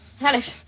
Alex